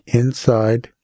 inside